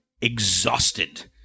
exhausted